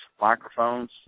microphones